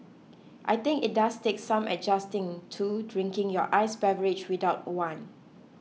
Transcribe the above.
I think it does take some adjusting to drinking your iced beverage without one